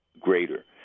greater